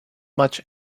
much